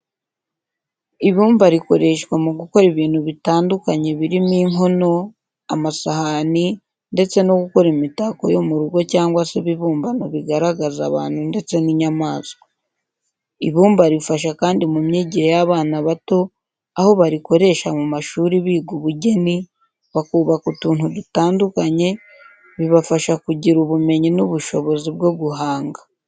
Ibumba rikoreshwa mu gukora ibintu bitandukanye birimo inkono, amasahani, ndetse no gukora imitako yo murugo cyangwa se ibibumbano bigaragaza abantu ndetse n'inyamaswa. Ibumba rifasha kandi mu myigire y'abana bato, aho barikoresha mu mashuri biga ubugeni, bakubaka utuntu dutandukanye, bibafasha kugira ubumenyi n'ubushobozi bwo guhanga.